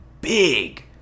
big